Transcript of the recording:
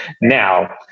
now